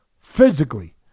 physically